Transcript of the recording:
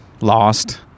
lost